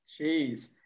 Jeez